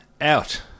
Out